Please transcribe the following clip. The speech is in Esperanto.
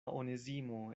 onezimo